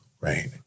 Right